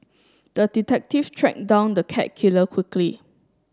the detective tracked down the cat killer quickly